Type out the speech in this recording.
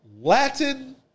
Latin